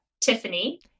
Tiffany